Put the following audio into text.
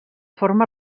forma